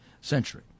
century